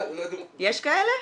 יש כאלה?